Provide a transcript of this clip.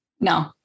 No